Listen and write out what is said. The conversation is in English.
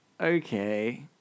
okay